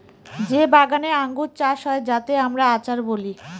যে বাগানে আঙ্গুর চাষ হয় যাতে আমরা আচার বলি